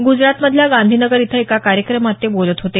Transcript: ग्जरात मधल्या गांधी नगर इथं एका कार्यक्रमात ते बोलत होते